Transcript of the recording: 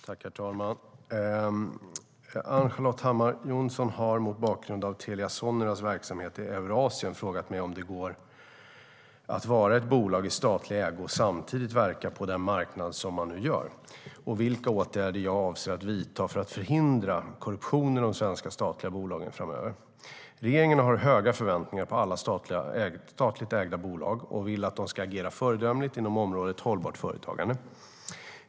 Herr talman! Ann-Charlotte Hammar Johnsson har mot bakgrund av Telia Soneras verksamhet i Eurasien frågat mig om det går att vara ett bolag i statlig ägo och samtidigt verka på den marknad som man nu gör och vilka åtgärder jag avser att vidta för att förhindra korruption i de svenska statliga bolagen framöver. Regeringen har höga förväntningar på alla statligt ägda bolag och vill att de ska agera föredömligt inom området hållbart företagande.